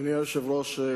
אדוני היושב-ראש,